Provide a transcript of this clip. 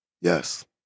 Yes